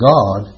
God